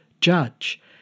Judge